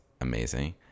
amazing